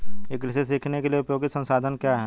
ई कृषि सीखने के लिए उपयोगी संसाधन क्या हैं?